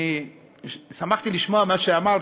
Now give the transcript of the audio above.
אני שמחתי לשמוע את מה שאמרת,